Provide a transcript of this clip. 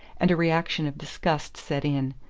and a reaction of disgust set in.